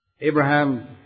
Abraham